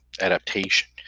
adaptation